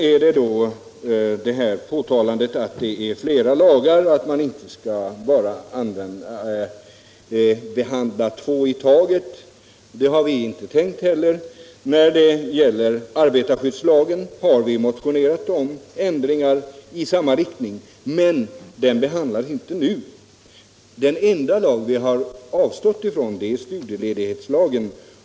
Beträffande påtalandet att det finns flera lagar och att man inte skall behandla bara två i taget så vill jag säga att vi inte heller har tänkt göra det. Vi har motionerat om ändringar i arbetarskyddslagen som går i samma riktning. Men den frågan behandlas inte nu. Den enda lag som Nr 16 vi har avstått från att ta upp är den s.k. studieledighetslagen.